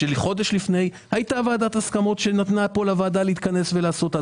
חודש לפני כן הייתה ועדת הסכמות שנתנה לוועדת הכספים להתכנס ולעשות.